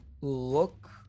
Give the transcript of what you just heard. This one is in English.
Look